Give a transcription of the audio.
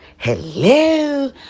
Hello